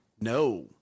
no